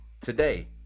today